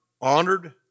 honored